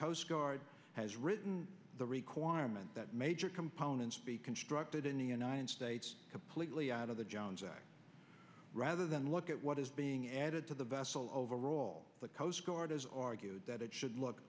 coast guard has written the requirement that major components be constructed in the united states completely out of the jones act rather than look at what is being added to the vessel overall argued that it should look